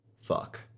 fuck